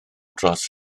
dros